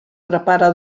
prepara